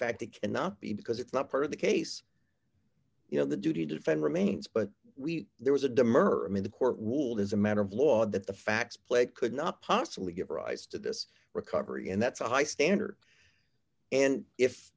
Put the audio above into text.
fact it cannot be because it's not part of the case you know the do to defend remains but there was a demur i mean the court ruled as a matter of law that the facts play could not possibly give rise to this recovery and that's a high standard and if